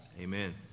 Amen